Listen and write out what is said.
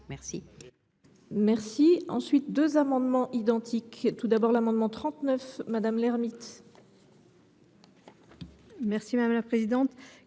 Merci,